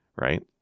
right